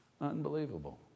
Unbelievable